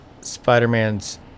Spider-Man's